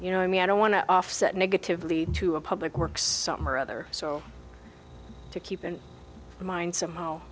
you know i mean i don't want to offset negatively to a public works some or other so to keep in mind somehow